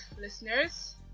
listeners